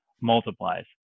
multiplies